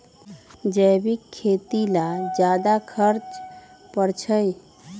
जैविक खेती ला ज्यादा खर्च पड़छई?